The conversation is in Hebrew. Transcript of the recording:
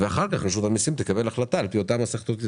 ואחר כך רשות המיסים תקבל החלטה על פי אותה מסכת עובדתית.